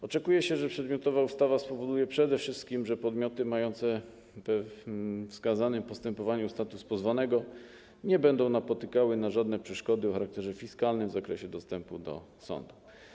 Oczekuje się, że przedmiotowa ustawa spowoduje przede wszystkim, że podmioty mające we wskazanym postępowaniu status pozwanego nie będą napotykały na żadne przeszkody o charakterze fiskalnym, jeśli chodzi o dostęp do sądu.